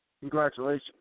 Congratulations